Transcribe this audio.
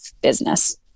business